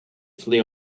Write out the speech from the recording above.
flee